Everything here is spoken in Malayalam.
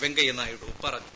വെങ്കയ്യനായിഡു പറഞ്ഞു